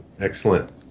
Excellent